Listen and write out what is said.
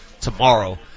tomorrow